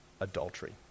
adultery